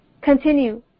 Continue